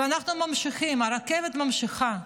ואנחנו ממשיכים, הרכבת ממשיכה.